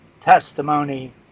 testimony